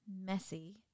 messy